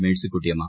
മേഴ്സിക്കുട്ടി അമ്മ